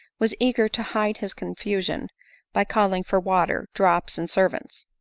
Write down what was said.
was eager to hide his confusion by calling for water, drops, and servants.